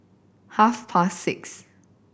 half past six